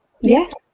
Yes